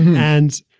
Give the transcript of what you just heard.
and,